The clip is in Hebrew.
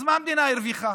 מה המדינה הרוויחה?